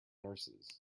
nurses